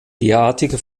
derartige